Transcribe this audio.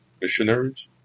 missionaries